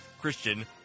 Christian